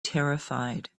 terrified